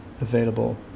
available